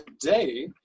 today